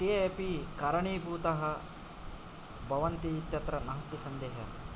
ते अपि कारणीभूतः भवन्ति इत्यत्र नास्ति सन्देहः